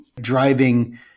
driving